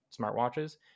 smartwatches